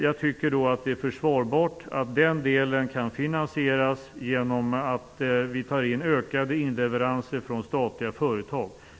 Jag tycker att det är försvarbart att den delen kan finansieras genom att vi tar in ökade inleveranser från statliga företag.